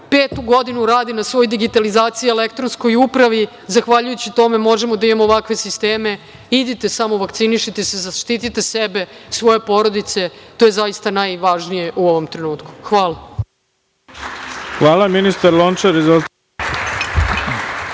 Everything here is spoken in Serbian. petu godinu radi na svojoj digitalizaciji, elektronskoj upravi. Zahvaljujući tome možemo da imamo ovakve sisteme. Idite, vakcinišite se, zaštite sebe, svoje porodice. To je zaista najvažnije u ovom trenutku. Hvala. **Ivica Dačić** Hvala. Reč